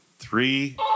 Three